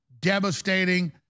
devastating